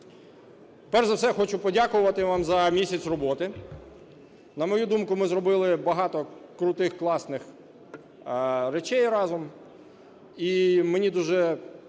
Перш за все, хочу подякувати вам за місяць роботи. На мою думку, ми зробили багато крутих, класних речей разом.